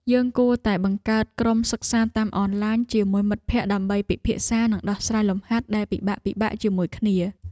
យើងគួរតែបង្កើតក្រុមសិក្សាតាមអនឡាញជាមួយមិត្តភក្តិដើម្បីពិភាក្សានិងដោះស្រាយលំហាត់ដែលពិបាកៗជាមួយគ្នា។